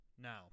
now